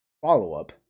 follow-up